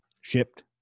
shipped